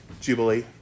Jubilee